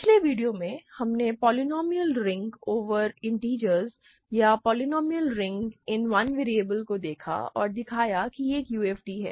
पिछले वीडियो में हमने पोलीनोमिअल रिंगस ओवर इंटिजर्स या polynomial rings in one variable को देखा और दिखाया कि यह एक UFD है